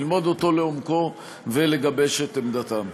ללמוד אותו לעומקו ולגבש את עמדתם.